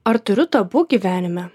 ar turiu tabu gyvenime